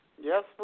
Yes